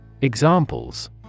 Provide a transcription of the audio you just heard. Examples